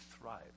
thrive